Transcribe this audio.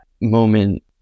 moment